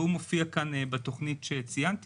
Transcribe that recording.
והוא מופיע כאן בתוכנית שציינתי.